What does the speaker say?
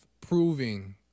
proving